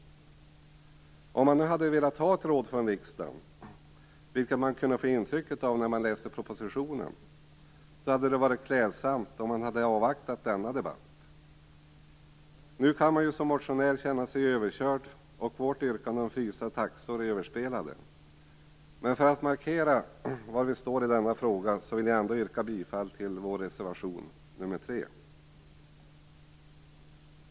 Om man nu hade velat ha ett råd från riksdagen, och det intrycket får den som läser propositionen, hade det varit klädsamt om man hade avvaktat denna debatt. Nu kan motionärerna känna sig överkörda, och vårt yrkande om frysta taxor är överspelat. För att markera var vi står i denna fråga vill jag ändå yrka bifall till reservation nr 3.